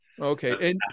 Okay